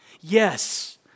Yes